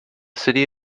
city